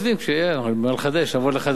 כשיהיה מה לחדש, נבוא לחדש.